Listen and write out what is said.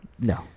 no